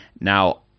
now